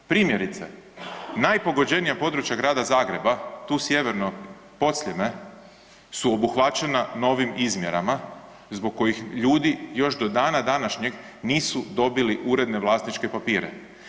Primjerice, najpogođenija područja Grada Zagreba, tu sjeverno Podsljeme su obuhvaćena novim izmjerama zbog kojih ljudi još do dana današnjeg nisu dobili uredne vlasničke papire.